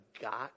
got